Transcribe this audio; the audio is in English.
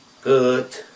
good